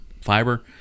Fiber